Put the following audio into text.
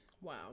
Wow